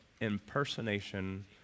impersonation